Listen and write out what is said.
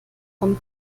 kommt